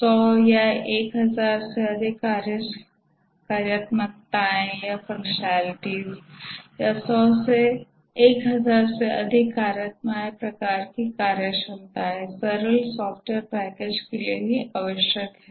100 या 1000 से अधिक कार्यात्मकताएं या 10 से 1000 से अधिक कार्यात्मकताएं प्रकार की कार्यक्षमताएं सरल सॉफ्टवेयर पैकेज के लिए भी आवश्यक है